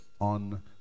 on